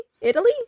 Italy